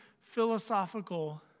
philosophical